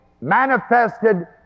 manifested